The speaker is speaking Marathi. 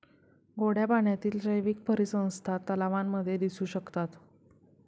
गोड्या पाण्यातील जैवीक परिसंस्था तलावांमध्ये दिसू शकतात